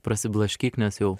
prasiblaškyk nes jau